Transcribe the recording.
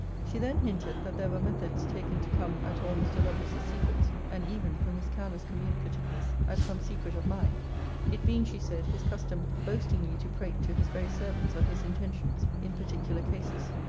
she then hinted, that there were methods taken to come at all mr. lovelace's secrets, and even, from his careless communicativeness, at some secret of mine it being, she said, his custom, boastingly to prate to his very servants of his intentions, in particular cases.